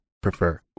prefer